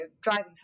driving